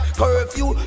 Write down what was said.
curfew